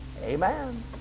Amen